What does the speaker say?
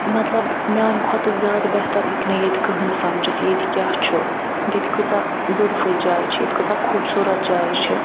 مطلب میٛانہِ کھۄتہ زیادٕ بہتر ہیٚکہِ نہٕ ییٚتہِ کہٲنۍ سمجِتھ ییٚتہِ کیٚاہ چھُ ییٚتہٕ کۭژاہ بیٛوٹِفٕل جایہِ چھِ ییٚتہِ کۭژاہ خوبصورت جایہِ چھِ